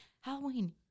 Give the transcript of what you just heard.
Halloween